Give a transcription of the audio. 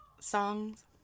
songs